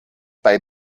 bei